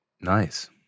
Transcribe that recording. Nice